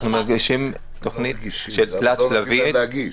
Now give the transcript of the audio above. אנחנו מגישים תוכנית תלת-שלבית,